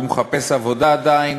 הוא מחפש עבודה עדיין,